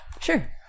Sure